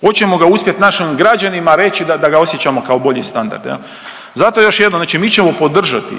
Hoćemo ga uspjeti našim građanima reći da ga osjećamo kao bolji standard jel. Zato još jednom znači mi ćemo podržati